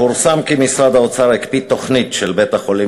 פורסם כי משרד האוצר הקפיא תוכנית של בית-החולים